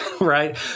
Right